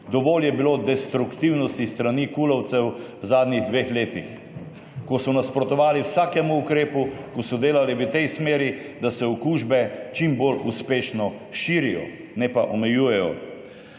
Dovolj je bilo destruktivnosti s strani Kulovcev v zadnjih dveh letih, ko so nasprotovali vsakemu ukrepu, ko so delali v tej smeri, da se okužbe čim bolj uspešno širijo, ne pa omejujejo.